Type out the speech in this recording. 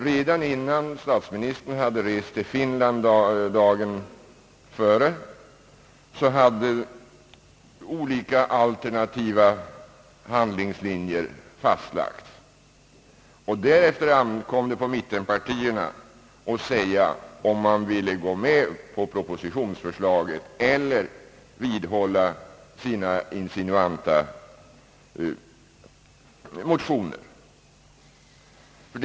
Redan innan statsministern reste till Finland dagen före hade olika alternativa handlingslinjer fastlagts. Därefter ankom det på mittenpartierna att avgöra om de ville gå med på propositionsförslaget eller vidhålla sina insinuanta motioner.